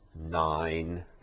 nine